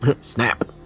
Snap